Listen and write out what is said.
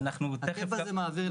ביתר הדברים הם יעמדו בשנת